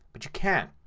but you can.